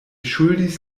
ŝuldis